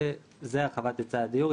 זאת הרחבת היצע הדיור,